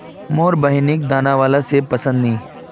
मोर बहिनिक दाना बाला सेब पसंद नी